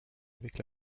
avec